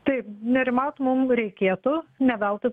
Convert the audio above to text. taip nerimauti mum reikėtų ne veltui